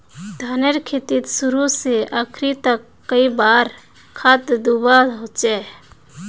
धानेर खेतीत शुरू से आखरी तक कई बार खाद दुबा होचए?